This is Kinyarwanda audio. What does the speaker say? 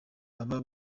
baba